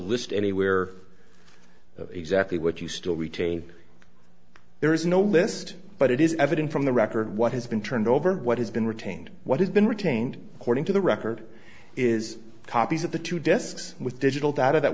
list anywhere of exactly what you still retain there is no list but it is evident from the record what has been turned over what has been retained what has been retained according to the record is copies of the two disks with digital data that